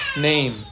name